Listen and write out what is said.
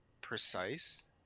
precise